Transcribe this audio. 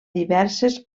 diverses